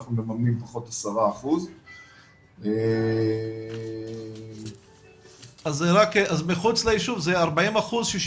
אנחנו מממנים פחות 10%. אז מחוץ ליישוב זה 40%/60%?